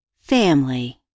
Family